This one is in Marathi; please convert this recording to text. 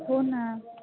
हो ना